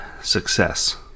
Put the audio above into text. success